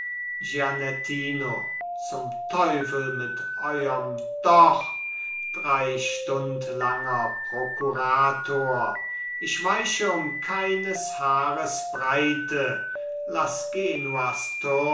zum teufel mit euerm doch dreistundlanger prokurator ich weiche um keines haares breite laß genuas